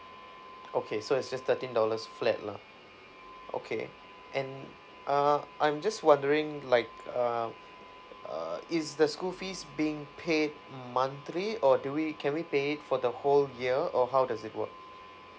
okay so it's just thirteen dollars flat lah okay and uh I'm just wondering like um err is the school fees being paid monthly or do we can we pay it for the whole year or how does it work